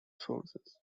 sources